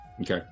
Okay